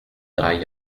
drei